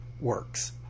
works